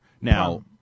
Now